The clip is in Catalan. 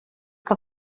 que